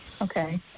Okay